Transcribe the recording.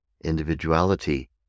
Individuality